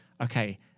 okay